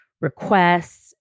requests